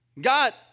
God